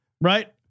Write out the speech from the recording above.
Right